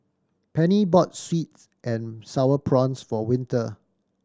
Pennie bought sweet and Sour Prawns for Winter